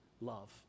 love